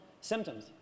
symptoms